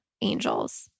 Angels